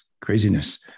craziness